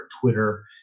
twitter